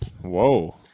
Whoa